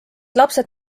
lapsed